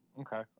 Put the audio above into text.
okay